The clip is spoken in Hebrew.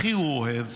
הכי הוא אוהב